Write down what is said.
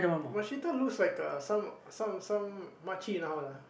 looks like a some some some makcik now lah